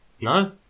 No